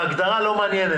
ההגדרה לא מעניינת,